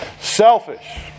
selfish